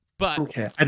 Okay